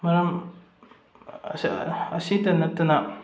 ꯃꯔꯝ ꯑꯁꯤꯇ ꯅꯠꯇꯅ